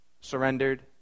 surrendered